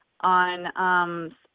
on